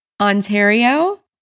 Ontario